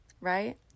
Right